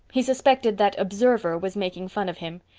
he suspected that observer was making fun of him.